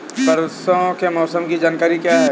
परसों के मौसम की जानकारी क्या है?